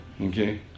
Okay